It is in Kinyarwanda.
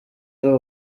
ari